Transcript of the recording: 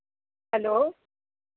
hello